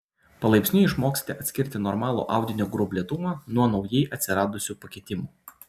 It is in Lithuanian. palaipsniui išmoksite atskirti normalų audinio gruoblėtumą nuo naujai atsiradusių pakitimų